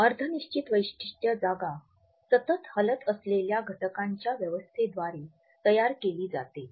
अर्ध निश्चित वैशिष्ट्य जागा सतत हलत असलेल्या घटकांच्या व्यवस्थेद्वारे तयार केली जाते